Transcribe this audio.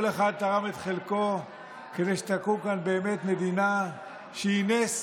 כל אחד תרם את חלקו כדי שתקום כאן באמת מדינה שהיא נס,